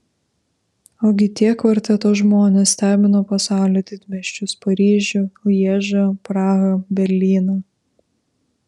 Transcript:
ogi tie kvarteto žmonės stebino pasaulio didmiesčius paryžių lježą prahą berlyną